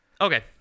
Okay